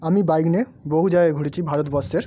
আমি বাইক নিয়ে বহু জায়গায় ঘুরেছি ভারতবর্ষের